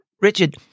Richard